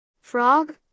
Frog